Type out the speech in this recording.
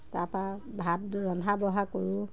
তাৰপা ভাত ৰন্ধা বঢ়া কৰোঁ